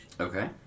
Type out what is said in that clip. Okay